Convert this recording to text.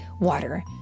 water